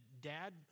dad